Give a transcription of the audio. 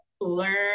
learn